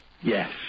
Yes